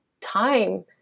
time